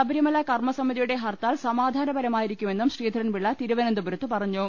ശബരിമല കർമസമിതിയുടെ ഹർത്താൽ സമാധാനപര മായിരിക്കുമെന്നും ശ്രീധരൻപിള്ള തിരുവനന്തപുരത്ത് പറഞ്ഞു